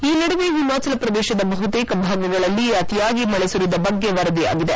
ಈ ನಡುವೆ ಹಿಮಾಚಲ ಪ್ರದೇಶದ ಬಹುತೇಕ ಭಾಗಗಳಲ್ಲಿ ಅತಿಯಾಗಿ ಮಳೆ ಸುರಿದ ಬಗ್ಗೆ ವರದಿಯಾಗಿದೆ